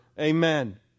Amen